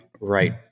right